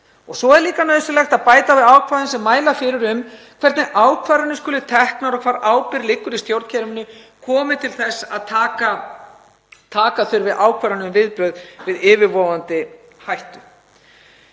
Svo er líka nauðsynlegt að bæta við ákvæðum sem mæla fyrir um hvernig ákvarðanir skuli teknar og hvar ábyrgð liggur í stjórnkerfinu komi til þess að taka þurfi ákvarðanir um viðbrögð við yfirvofandi hættu.